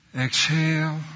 exhale